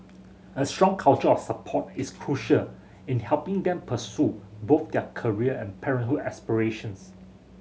a strong culture of support is crucial in helping them pursue both their career and parenthood aspirations